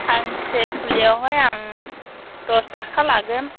फांसे फुलियावहाय आं दस थाखा लागोन